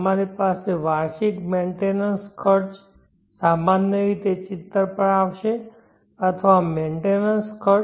તમારી પાસે વાર્ષિક મેન્ટેનન્સખર્ચ સામાન્ય રીતે ચિત્ર પર આવશે અથવા મેન્ટેનન્સખર્ચ